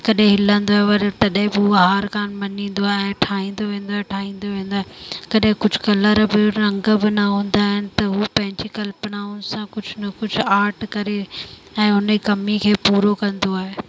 कॾहिं हिलंदो आहे पर तॾहिं बि हू हार कान मञींदो आहे ऐं ठाहींदो वेंदो आहे ठाहींदो वेंदो आहे कॾहिं कुझु कलर बि रंग बि न हूंदा आहिनि उहो पंहिंजी कल्पनाउनि सां कुझु न कुझु आट करे ऐं हुन कमी खे पूरो कंदो आहे